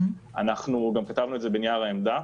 אנחנו גם כתבנו את זה בנייר העמדה.